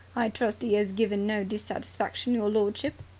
i trust he as given no dissatisfaction, your lordship?